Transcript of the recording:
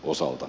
usalta